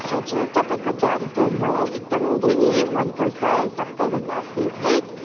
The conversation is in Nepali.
हजुर तपाईँको झरी पोएम मलाई एकदम धेरै मनपर्छ सबैभन्दा फेवरेट